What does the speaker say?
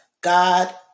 God